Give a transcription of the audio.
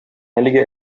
әлеге